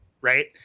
right